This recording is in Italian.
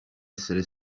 essere